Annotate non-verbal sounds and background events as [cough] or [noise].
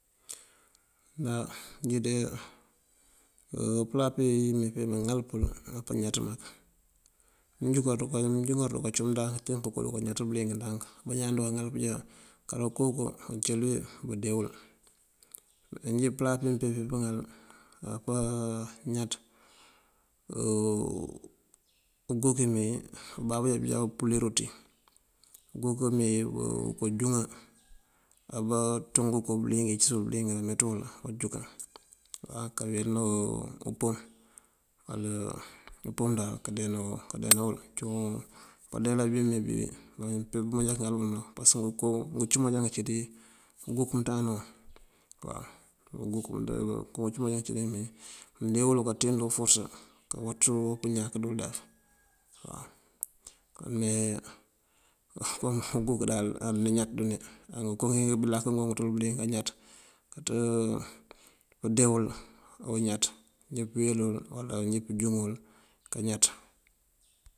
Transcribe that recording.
Á njí de [hesitation] pëla pí mëmee pí maŋal pul apañaţ mak. mënjúŋar ndëkoo duka cum ndank te ndëkoo duka ñaţ bëliyëng ndank. Bañaan duka ŋal pëjá karo kokoŋ wun cëli wí budee wul. Njí pëla pí mëmpee pëŋal [hesitation] apaŋaţ [hesitation] uguk wímeewí bababú já bujá bul upule urooţí ţí. Uguk wímeewí wuko júŋa abaţú ngëko bëliyëng ayíis wul bëliyëng dí bameţú wul kanjúkan. [hesitation] Kanreena [hesitation] umpoom, [hesitation] upoom ndaŋ [hesitation] kandeena wul. Cúun bandeela bí mëmee bí bañaan ŋal bul mak pasëk ngënko ngëcumal kancí ţí uguk mënţandana mun waw. Uguk umënţ ngënko ngëcumal kancí ţí bameeţu mëndee wul kanţeendu uforësa uwátësu pëñáak dí ulef waw. Me, [hesitation] kon uguk awama ñaţ dune á ngënko ibaláak ngun bëliyëng añaţ. këdee wul awuñaţ, njí këweel wul uwala njí këjúŋ wël kañaţ